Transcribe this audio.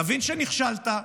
תבין שנכשלת.